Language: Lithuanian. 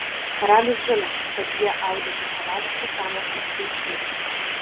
karalius žino kad jie audžia piktavališkus sąmokslus prieš jį